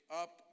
up